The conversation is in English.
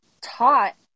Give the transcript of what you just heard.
taught